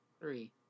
Three